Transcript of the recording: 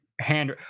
hand